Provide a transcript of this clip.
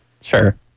Sure